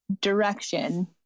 direction